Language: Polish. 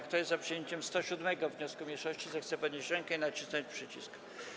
Kto jest za przyjęciem 107. wniosku mniejszości, zechce podnieść rękę i nacisnąć przycisk.